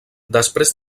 després